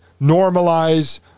normalize